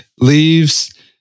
leaves